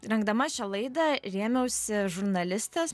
rengdama šią laidą rėmiausi žurnalistės